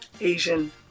Asian